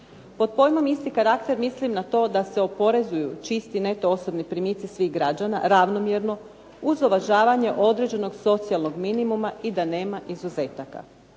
Pod pojmom isti karakter, mislim na to da se oporezuju čisti neto osobni primici svih građana, ravnomjerno, uz uvažavanje određenog socijalnog minimuma i da nema izuzetaka.